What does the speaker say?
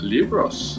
Libros